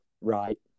right